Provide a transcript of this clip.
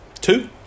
Two